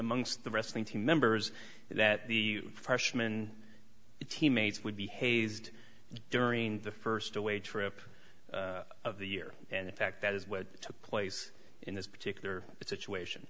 amongst the wrestling team members that the freshman teammates would be hazed during the first away trip of the year and in fact that is what took place in this particular situation